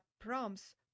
prompts